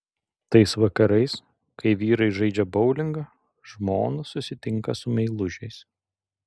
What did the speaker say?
tais vakarais kai vyrai žaidžia boulingą žmonos susitinka su meilužiais